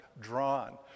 drawn